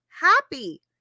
happy